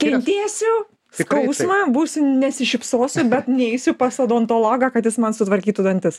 kentėsiu skausmą būsiu nesišypsosiu bet neisiu pas odontologą kad jis man sutvarkytų dantis